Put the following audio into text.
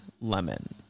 lemon